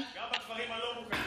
גם בכפרים הלא-מוכרים,